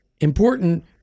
important